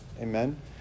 Amen